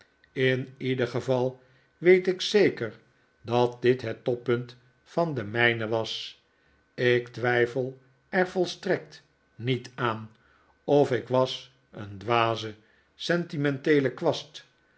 in ieder geval weet ik zeker dat dit het toppunt van de mijne was ik twijfel er volstrekt niet aan of ik was een dwaze sentimenteele kwast